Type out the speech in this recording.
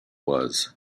was